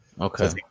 Okay